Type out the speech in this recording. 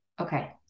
okay